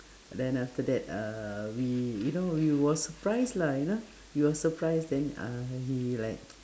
then after that uhh we you know we were surprised lah you know we were surprised then uh he like